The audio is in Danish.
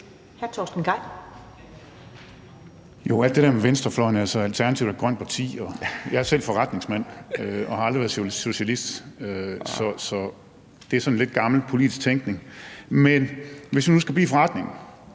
Torsten Gejl (ALT): Til alt det der med venstrefløjen vil jeg sige, at Alternativet er et grønt parti. Jeg er selv forretningsmand og har aldrig været socialist , så det er en sådan lidt gammeldags politisk tænkning. Men hvis vi nu skal blive i det